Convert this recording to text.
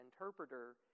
interpreter